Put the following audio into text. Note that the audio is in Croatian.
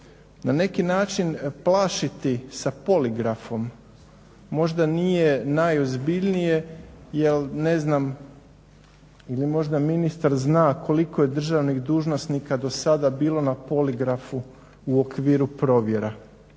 Na neki način plašiti sa poligrafom, možda nije najozbiljnije jel ne znam, ili možda ministar zna koliko je državnih dužnosnika do sada bilo na poligrafu u okviru provjera,